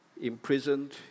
imprisoned